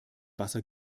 wasser